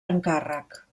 encàrrec